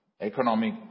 economic